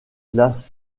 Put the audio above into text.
classe